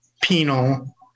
penal